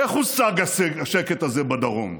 איך הושג השקט הזה בדרום?